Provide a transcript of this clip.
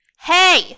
Hey